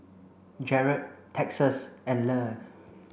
Jarett Texas and Le